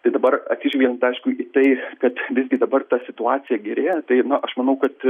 tai dabar atsižvelgiant aišku į tai kad visgi dabar ta situacija gerėja tai aš manau kad